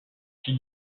six